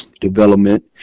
development